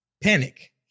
panic